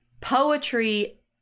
Poetry